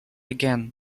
again